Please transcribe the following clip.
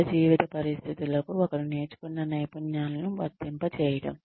నిజ జీవిత పరిస్థితులకు ఒకరు నేర్చుకున్న నైపుణ్యాలను వర్తింపజేయడం